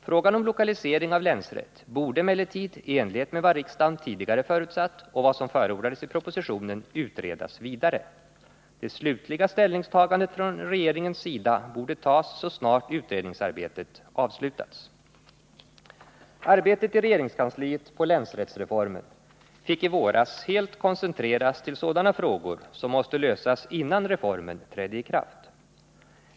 Frågan om lokalisering av länsrätt borde emellertid, i enlighet med vad riksdagen tidigare förutsatt och vad som förordades i propositionen, utredas vidare. Det slutliga ställningstagandet från regeringens sida borde ske så snart utredningsarbetet avslutats. Arbetet i regeringskansliet på länsrättsreformen fick i våras helt koncentreras till sådana frågor som måste lösas innan reformen trädde i kraft.